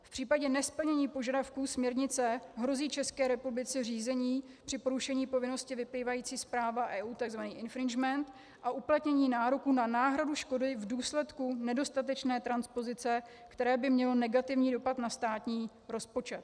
V případě nesplnění požadavků směrnice hrozí České republice řízení při porušení povinnosti vyplývající z práva EU, takzvaný infringement, a uplatnění nároku na náhradu škody v důsledku nedostatečné transpozice, které by mělo negativní dopad na státní rozpočet.